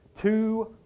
Two